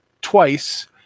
Twice